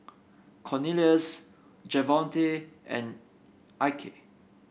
Cornelius Javonte and Ike